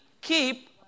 keep